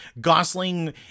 Gosling